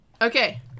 Okay